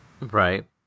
Right